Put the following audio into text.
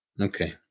Okay